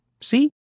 See